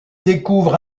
découvre